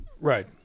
Right